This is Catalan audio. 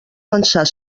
pensar